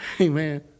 Amen